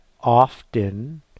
often